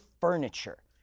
furniture